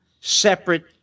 separate